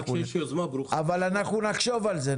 אנחנו נחשוב על זה.